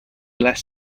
less